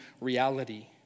reality